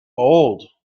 old